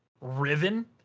Riven